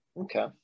Okay